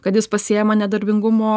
kad jis pasiima nedarbingumo